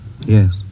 Yes